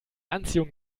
anziehung